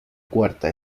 cuarta